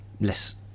less